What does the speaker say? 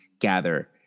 gather